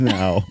now